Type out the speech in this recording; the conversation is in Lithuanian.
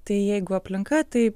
tai jeigu aplinka tai